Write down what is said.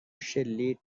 شلیک